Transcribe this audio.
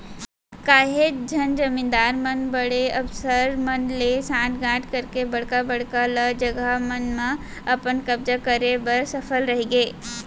काहेच झन जमींदार मन बड़े अफसर मन ले सांठ गॉंठ करके बड़का बड़का ल जघा मन म अपन कब्जा करे बर सफल रहिगे